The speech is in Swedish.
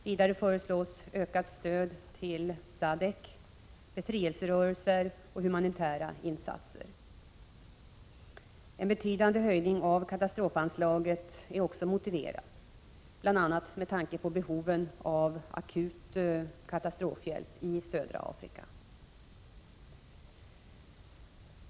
Vidare föreslås ökat stöd till SADCC, befrielserörelser och humanitära insatser. En betydande höjning av katastrofanslaget är också motiverad, bl.a. med tanke på behoven av akut katastrofhjälp i södra Afrika.